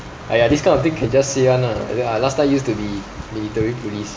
!aiya! this kind of thing can just say [one] lah I last time used to be military police